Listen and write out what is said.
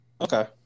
Okay